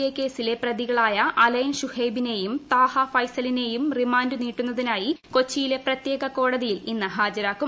A കേസിലെ പ്രതികളായ Alan ഷുഹൈബിനെയും താഹ ഫൈസലിനെയും റിമാന്റ്നീട്ടുന്നതിനായി കൊച്ചിയിലെ പ്രത്യേകകോടതിയിൽ ഇന്ന് ഹാജരാക്കും